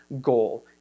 goal